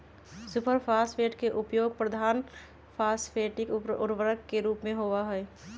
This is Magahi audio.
सुपर फॉस्फेट के उपयोग प्रधान फॉस्फेटिक उर्वरक के रूप में होबा हई